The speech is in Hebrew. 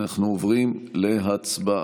אנחנו עוברים להצבעה.